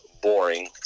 Boring